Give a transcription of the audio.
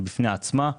יעל רון בן משה (כחול לבן):